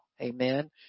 Amen